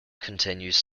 continues